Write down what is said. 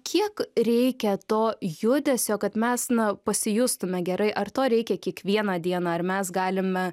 kiek reikia to judesio kad mes na pasijustume gerai ar to reikia kiekvieną dieną ar mes galime